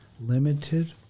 limited